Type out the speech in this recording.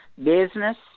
Business